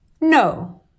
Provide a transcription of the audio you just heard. No